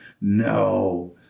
No